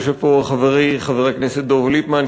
יושב פה חברי חבר הכנסת דב ליפמן,